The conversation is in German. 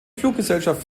fluggesellschaft